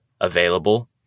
Available